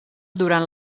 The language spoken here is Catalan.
durant